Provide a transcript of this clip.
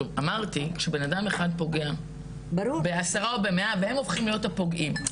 אמרתי שבנאדם אחד פוגע בעשרה או במאה והם הופכים להיות הפוגעים,